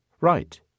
Right